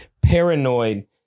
paranoid